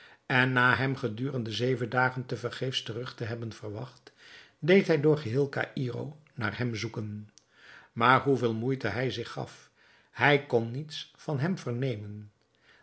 en na hem gedurende zeven dagen te vergeefs terug te hebben verwacht deed hij door geheel caïro naar hem zoeken maar hoeveel moeite hij zich gaf hij kon niets van hem vernemen